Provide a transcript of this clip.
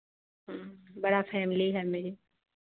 बड़ा फैमिली है मेरी